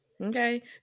Okay